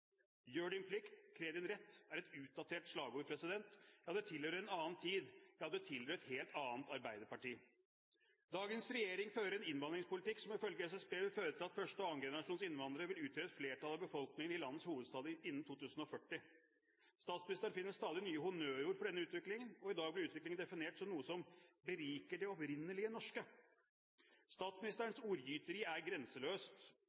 din plikt – Krev din rett» er et utdatert slagord. Ja, det tilhører en annen tid – ja, det tilhører et helt annet Arbeiderparti. Dagens regjering fører en innvandringspolitikk som ifølge SSB vil føre til at første- og annengenerasjons innvandrere vil utgjøre et flertall av befolkningen i landets hovedstad innen 2040. Statsministeren finner stadig nye honnørord for denne utviklingen, og i dag ble utviklingen definert som noe som beriker det opprinnelig norske. Statsministerens ordgyteri er grenseløst.